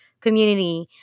Community